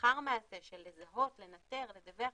לאחר מעשה, של לזהות, לנטר, לדווח,